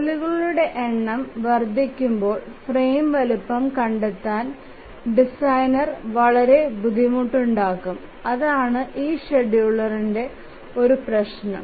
ജോലികളുടെ എണ്ണം വർദ്ധിക്കുപോൾ ഫ്രെയിം വലിപ്പം കണ്ടെത്താൻ ഡിസൈനർ വളരെ ബുദ്ധിമുട്ടുണ്ടാകും അതാണ് ഈ ഷെഡ്യൂളർന്ടെ ഒരു പ്രശ്നം